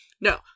No